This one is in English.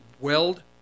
Weld